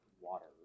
water